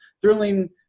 thrilling